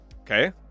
Okay